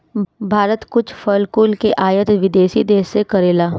भारत कुछ फल कुल के आयत विदेशी देस से करेला